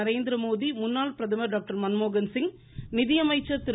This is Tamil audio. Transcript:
நரேந்திரமோதி முன்னாள் பிரதமர் டாக்டர் மன்மோகன்சிங் நிதியமைச்சர் திரு